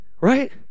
right